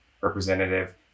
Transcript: representative